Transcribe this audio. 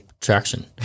traction